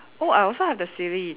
oh I also have the sil~